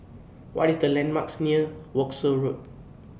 What IS The landmarks near Wolskel Road